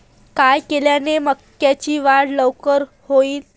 काय केल्यान मक्याची वाढ लवकर होईन?